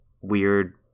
weird